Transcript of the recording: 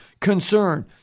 concern